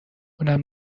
اونم